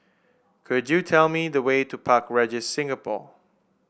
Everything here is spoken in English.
could you tell me the way to Park Regis Singapore